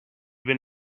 been